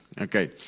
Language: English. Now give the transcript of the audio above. Okay